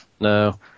No